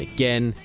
again